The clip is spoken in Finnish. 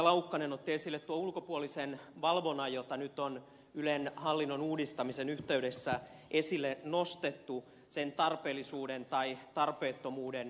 laukkanen otti esille tuon ulkopuolisen valvonnan jota nyt on ylen hallinnon uudistamisen yhteydessä esille nostettu sen tarpeellisuuden tai tarpeettomuuden